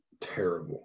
terrible